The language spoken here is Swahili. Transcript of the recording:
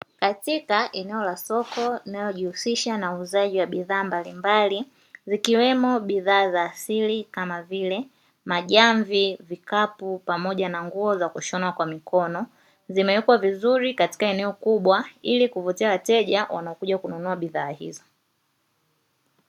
Katika eneo la soko linalojihusisha na uuzaji wa bidhaa mbalimbali zikiwemo bidhaa za asili kama vile majamvi, vikapu pamoja na nguo za kushona kwa mikono, zimewekwa vizuri katika eneo kubwa ili kuvutia wateja wanaokuja kununua bidhaa hizo.